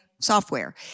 software